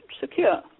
secure